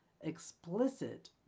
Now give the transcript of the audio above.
Explicit